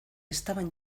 estaban